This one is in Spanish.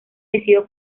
decidió